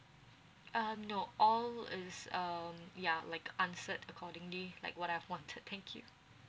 uh no all is uh ya like answered accordingly like what I've wanted thank you